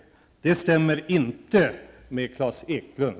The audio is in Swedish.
Det stämmer inte med